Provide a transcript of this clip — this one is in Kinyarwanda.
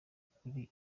kuri